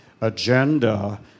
agenda